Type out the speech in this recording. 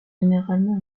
généralement